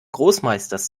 großmeisters